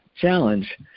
challenge